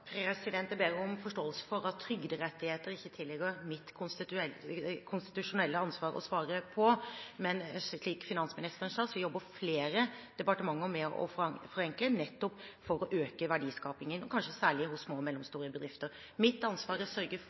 Jeg ber om forståelse for at det ikke tilligger mitt konstitusjonelle ansvar å svare på spørsmål om trygderettigheter, men som finansministeren sa, jobber flere departementer med å forenkle nettopp for å øke verdiskapingen, kanskje særlig hos små og mellomstore bedrifter. Mitt ansvar er å sørge